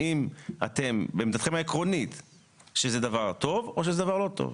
האם עמדתכם העקרונית היא שזה דבר טוב או לא טוב?